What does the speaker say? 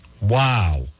Wow